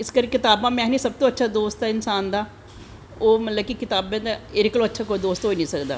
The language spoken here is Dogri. इस करी कताबां में आखनीं सब तो अच्छा दोस्त ऐं इंसान दा ओह् मतलव कि कताबें कोला दा होर अच्छा कोई दोस्त होई नी सकदा